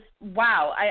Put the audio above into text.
wow